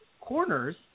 corners